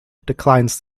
declines